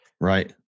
Right